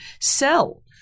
sell